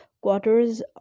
quarters